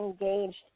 engaged